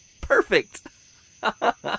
Perfect